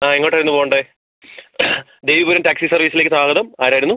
ആ എങ്ങോട്ടായിരുന്നു പോകേണ്ടത് ഡേവ് ആൻഡ് ടാക്സി സർവീസിലേക്ക് സ്വാഗതം ആരായിരുന്നു